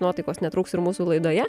nuotaikos netrūks ir mūsų laidoje